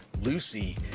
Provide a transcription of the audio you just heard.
Lucy